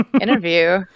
interview